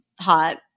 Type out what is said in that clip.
hot